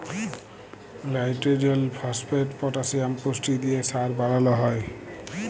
লাইট্রজেল, phosphate, potassium পুষ্টি দিঁয়ে সার বালাল হ্যয়